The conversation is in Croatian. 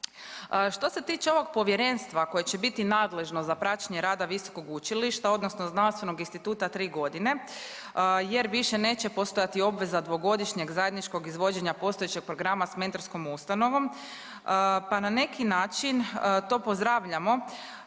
Što se tiče ovog povjerenstva koje će biti nadležno za praćenje rada visokog učilišta, odnosno znanstvenog instituta tri godine jer više neće postojati obveza dvogodišnjeg zajedničkog izvođenja postojećeg programa sa mentorskom ustanovom. Pa na neki način to pozdravljamo,